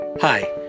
Hi